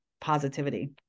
positivity